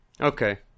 Okay